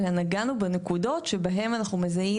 אלא נגענו בנקודות שבהן אנחנו מזהים